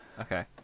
Okay